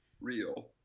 real